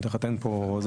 אחרת אין פה...